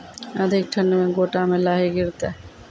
अधिक ठंड मे गोटा मे लाही गिरते?